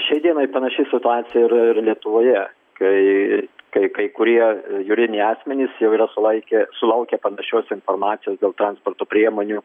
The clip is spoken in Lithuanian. šiai dienai panaši situacija yra ir lietuvoje kai kai kai kurie juridiniai asmenys jau yra sulaikę sulaukę panašios informacijos dėl transporto priemonių